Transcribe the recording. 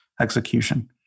execution